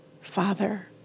Father